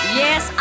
yes